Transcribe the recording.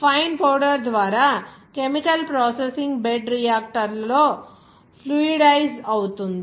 fine powder ద్వారా chemical processing bed రియాక్టర్లో fluidise అవుతుంది